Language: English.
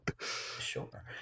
Sure